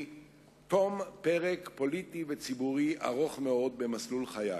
תום פרק פוליטי וציבורי ארוך מאוד במסלול חיי.